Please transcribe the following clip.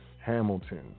Hamilton